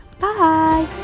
Bye